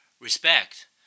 respect